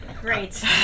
Great